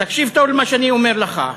תקשיב טוב למה שאני אומר לך,